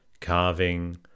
carving